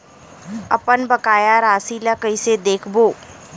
अपन बकाया राशि ला कइसे देखबो?